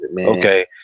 Okay